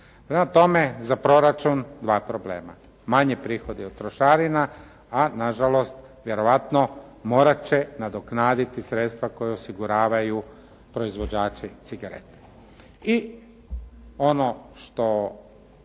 Prema tome, za proračun dva problema. Manji prihodi od trošarina, a na žalost vjerojatno morat će nadoknaditi sredstva koja osiguravaju proizvođači cigareta.